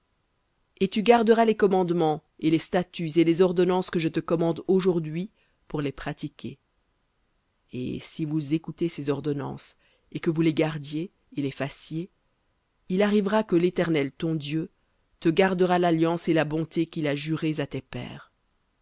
et tu garderas les commandements et les statuts et les ordonnances que je te commande aujourd'hui pour les pratiquer et si vous écoutez ces ordonnances et que vous les gardiez et les fassiez il arrivera que l'éternel ton dieu te gardera l'alliance et la bonté qu'il a jurées à tes pères